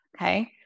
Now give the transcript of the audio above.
Okay